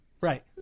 Right